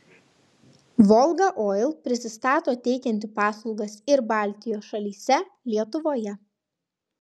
volga oil prisistato teikianti paslaugas ir baltijos šalyse lietuvoje